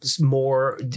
more